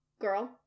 girl